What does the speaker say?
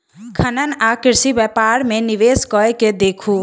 खनन आ कृषि व्यापार मे निवेश कय के देखू